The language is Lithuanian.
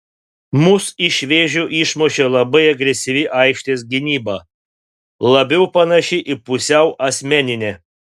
mus iš vėžių išmušė labai agresyvi aikštės gynyba labiau panaši į pusiau asmeninę